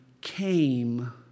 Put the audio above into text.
came